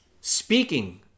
speaking